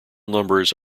numbers